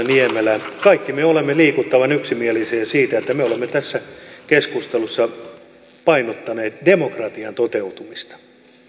niemelän kaikki me olemme liikuttavan yksimielisiä siinä kun me olemme tässä keskustelussa painottaneet demokratian toteutumista